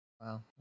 Wow